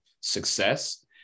success